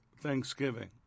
thanksgiving